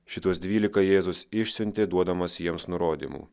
šituos dvylika jėzus išsiuntė duodamas jiems nurodymų